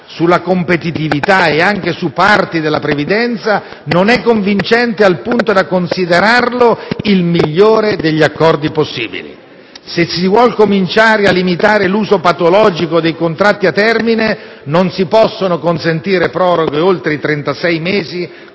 sulla competitività, e anche su parti della previdenza non è convincente al punto da considerarlo il migliore degli accordi possibili. Se si vuole cominciare a limitare l'uso patologico dei contratti a termine non si possono consentire proroghe oltre i trentasei